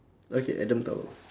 okay adam tower